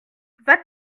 vas